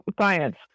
science